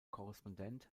korrespondent